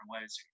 ways